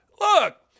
Look